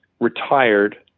retired